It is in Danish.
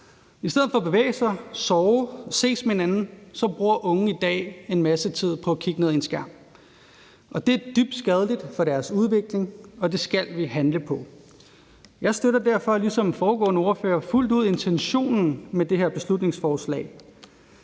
I stedet for at bevæge sig, sove, ses med hinanden bruger unge i dag en masse tid på at kigge ned i en skærm, og det er dybt skadeligt for deres udvikling, og det skal vi handle på. Jeg støtter derfor ligesom foregående ordførere fuldt ud intentionen med det her beslutningsforslag,